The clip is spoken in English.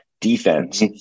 defense